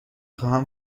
خواهم